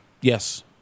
Yes